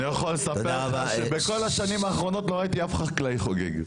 אני יכול לספר לך שבכל השנים האחרונות לא ראיתי אף חקלאי חוגג.